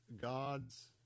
God's